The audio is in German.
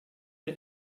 der